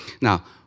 Now